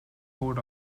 court